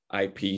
IP